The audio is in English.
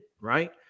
right